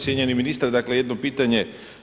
Cijenjeni ministre, dakle jedno pitanje.